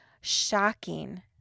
Shocking